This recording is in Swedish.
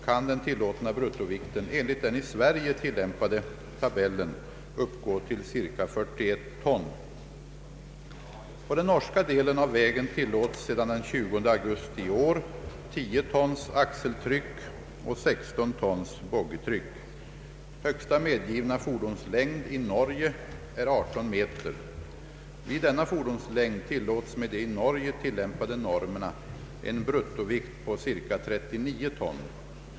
På den norska delen av vägen tillåts sedan den 20 augusti i år 10 tons axeltryck och 16 tons boggitryck. Högsta medgivna fordonslängd i Norge är 18 meter. Vid denna fordonslängd tillåts med de i Norge tillämpade normerna en bruttovikt på ca 39 ton.